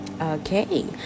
Okay